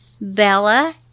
Bella